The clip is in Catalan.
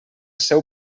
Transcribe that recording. seu